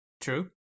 true